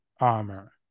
armor